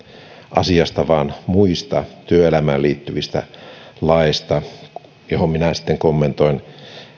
asiasta vaan muista työelämään liittyvistä laeista mitä minä sitten kommentoin